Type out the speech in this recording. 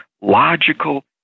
logical